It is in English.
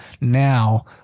now